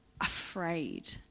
afraid